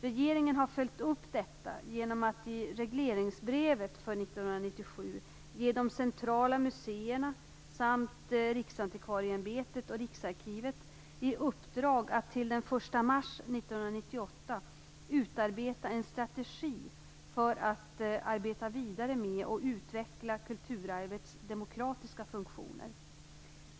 Regeringen har följt upp detta genom att i regleringsbrevet för år 1997 ge de centrala museerna samt Riksantikvarieämbetet och Riksarkivet i uppdrag att till den 1 mars 1998 utarbeta en strategi för att arbeta vidare med och utveckla kulturarvets demokratiska funktioner.